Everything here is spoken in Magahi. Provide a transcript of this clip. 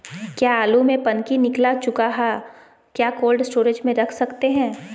क्या आलु में पनकी निकला चुका हा क्या कोल्ड स्टोरेज में रख सकते हैं?